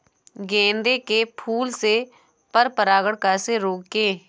गेंदे के फूल से पर परागण कैसे रोकें?